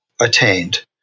attained